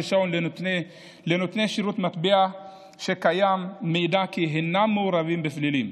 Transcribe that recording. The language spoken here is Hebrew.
אי-מתן רישיון לנותני שירות מטבע שקיים מידע כי הם מעורבים בפלילים,